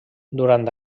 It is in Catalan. durant